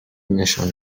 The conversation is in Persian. نشان